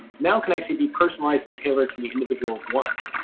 now can actually be personalized and tailored to the individual one.